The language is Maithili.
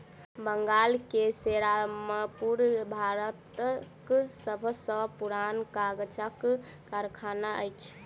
बंगाल के सेरामपुर भारतक सब सॅ पुरान कागजक कारखाना अछि